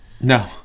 No